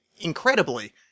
incredibly